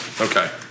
Okay